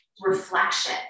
reflection